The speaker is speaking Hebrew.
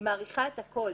היא מאריכה את הכול.